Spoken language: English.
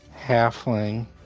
halfling